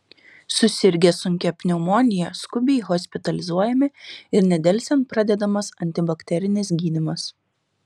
susirgę sunkia pneumonija skubiai hospitalizuojami ir nedelsiant pradedamas antibakterinis gydymas